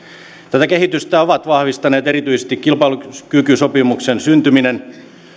tätä kehitystä ovat vahvistaneet erityisesti kilpailukykysopimuksen syntyminen